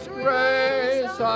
grace